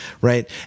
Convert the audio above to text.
Right